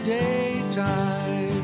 daytime